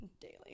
daily